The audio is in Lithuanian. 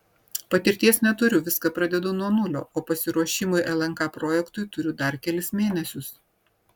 patirties neturiu viską pradedu nuo nulio o pasiruošimui lnk projektui turiu dar kelis mėnesius